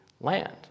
land